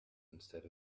instead